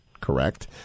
Correct